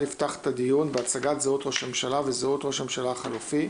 יפתח את הדיון בהצגת זהות ראש הממשלה וזהות ראש הממשלה החלופי,